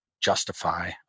justify